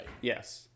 Yes